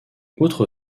outre